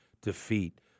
defeat